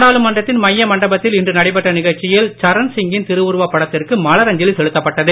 நாடாளுமன்றத்தின்மையமண்டபத்தில்இன்றுநடைபெற்றநிகழ்ச்சியில்சர ண்சிங்கின்திருவுருவப்படத்திற்குமலாஞ்சலிசெலுத்தப்பட்டது